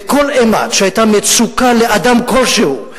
וכל אימת שהיתה מצוקה לאדם כלשהו,